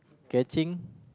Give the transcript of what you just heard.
catching